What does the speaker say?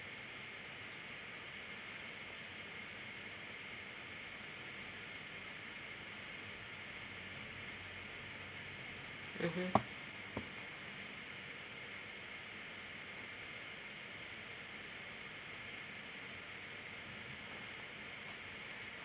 mmhmm